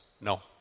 no